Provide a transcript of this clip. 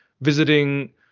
visiting